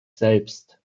selbst